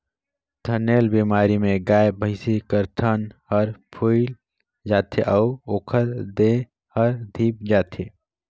थनैल बेमारी में गाय, भइसी कर थन हर फुइल जाथे अउ ओखर देह हर धिप जाथे